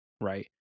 right